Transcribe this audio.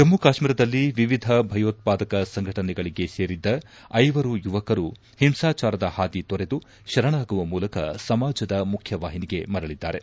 ಜಮ್ಮ ಕಾಶ್ಮೀರದಲ್ಲಿ ವಿವಿಧ ಭಯೋತ್ವಾದಕ ಸಂಘಟನೆಗಳಿಗೆ ಸೇರಿದ್ದ ಐವರು ಯುವಕರು ಹಿಂಸಾಚಾರದ ಹಾದಿಕೊರೆದು ಶರಣಾಗುವ ಮೂಲಕ ಸಮಾಜದ ಮುಖ್ಯವಾಹಿನಿಗೆ ಮರಳಿದ್ದಾರೆ